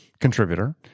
contributor